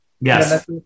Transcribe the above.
Yes